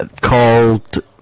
called